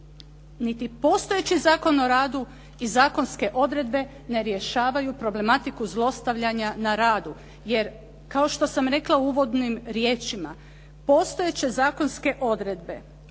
Niti postojeći Zakon o radu i zakonske odredbe ne rješavaju problematiku zlostavljanja na radu. Jer, kao što sam rekla u uvodnim riječima, postojeće zakonske odredbe